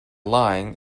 lying